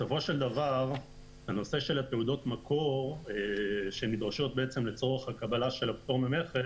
בסופו של דבר הנושא של תעודות המקור שנדרשות לצורך הקבלה של פטור ממכס